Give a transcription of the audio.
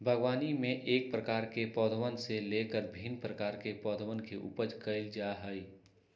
बागवानी में एक प्रकार के पौधवन से लेकर भिन्न प्रकार के पौधवन के उपज कइल जा हई